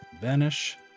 Vanish